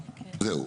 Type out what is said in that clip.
זהו.